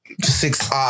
Six